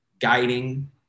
guiding